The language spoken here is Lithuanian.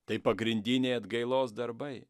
tai pagrindiniai atgailos darbai